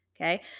okay